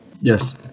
Yes